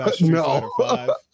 No